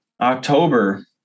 October